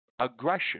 aggression